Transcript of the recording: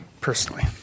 personally